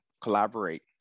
collaborate